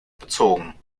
bezogen